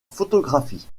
photographie